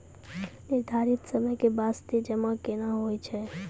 निर्धारित समय के बास्ते जमा केना होय छै?